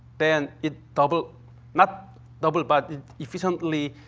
then it double not double, but efficiently